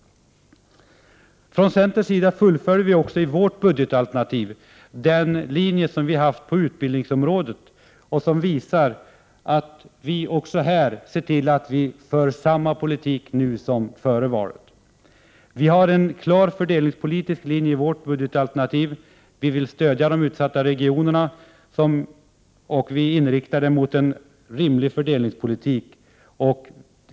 Från centerns sida fullföljer vi också i vårt budgetalternativ den linje som vi har haft på utbildningsområdet, och som visar att vi också här ser till att föra samma politik nu som före valet. Vi har en klar fördelningspolitisk linje i vårt budgetalternativ. Vi vill stödja de utsatta regionerna och vi inriktar oss på en rimlig fördelningspolitik.